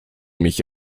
mich